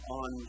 on